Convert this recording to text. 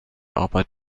arbeit